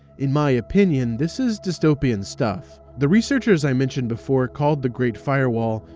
in my opinion, this is dystopian stuff. the researchers i mentioned before called the great firewall,